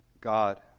God